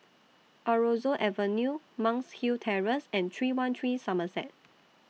Aroozoo Avenue Monk's Hill Terrace and three one three Somerset